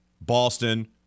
Boston